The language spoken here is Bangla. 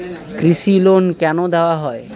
কৃষি লোন কেন দেওয়া হয়?